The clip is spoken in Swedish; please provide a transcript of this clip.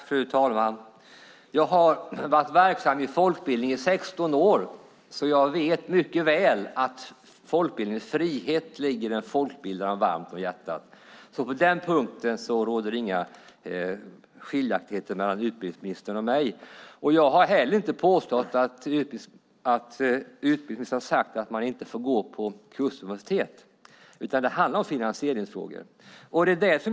Fru talman! Jag har varit verksam inom folkbildningen i 16 år och vet därför mycket väl att folkbildningens frihet ligger folkbildarna varmt om hjärtat. På den punkten råder det inga skiljaktigheter mellan utbildningsministern och mig. Jag har inte påstått att utbildningsministern sagt att man inte får kurser vid universitetet. I stället handlar det om finansieringen.